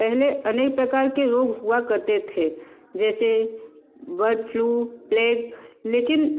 पहले उनके प्रकार के रोग हुआ करते थे जैसे बर्ड फ्लू प्लेग लेकिन